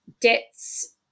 debts